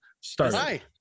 Start